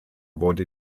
wurde